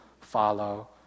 follow